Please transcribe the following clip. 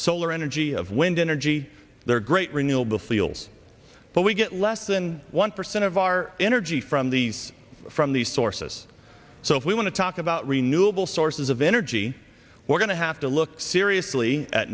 solar energy of wind energy there are great renewable fuels but we get less than one percent of our energy from these from these sources so if we want to talk about renewable sources of energy we're going to have to look seriously